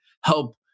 help